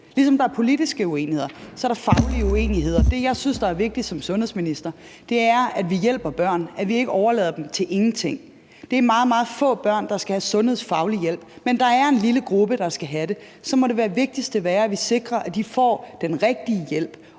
Ligesom der er politisk uenighed, er der faglig uenighed. Det, jeg som sundhedsminister synes er vigtigt, er, at vi hjælper børn, at vi ikke overlader dem til ingenting. Det er meget, meget få børn, der skal have sundhedsfaglig hjælp, men der er en lille gruppe, der skal have det. Så må det vigtigste være, at vi sikrer, at de får den rigtige hjælp.